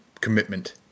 commitment